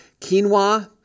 Quinoa